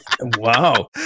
Wow